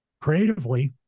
creatively